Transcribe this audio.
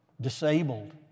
disabled